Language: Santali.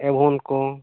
ᱮᱵᱷᱚᱱ ᱠᱚ